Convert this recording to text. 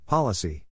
Policy